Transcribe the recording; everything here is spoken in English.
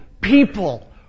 people